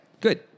Good